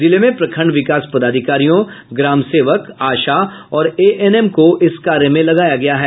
जिले में प्रखंड विकास पदाधिकारियों ग्राम सेवक आशा और एएनएम को इस कार्य में लगाया गया है